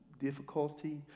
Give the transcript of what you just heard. difficulty